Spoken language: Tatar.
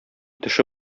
теше